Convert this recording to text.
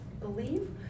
believe